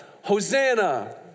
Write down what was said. Hosanna